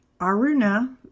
Aruna